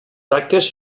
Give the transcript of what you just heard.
actes